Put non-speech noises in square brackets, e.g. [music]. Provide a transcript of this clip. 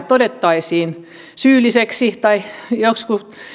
[unintelligible] todettaisiin syylliseksi tai